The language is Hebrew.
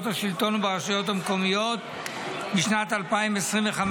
השלטון וברשויות מקומיות בשנת 2025,